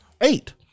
eight